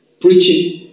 Preaching